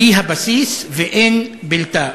זהו הבסיס ואין בלתו.